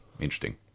interesting